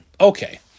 Okay